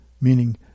meaning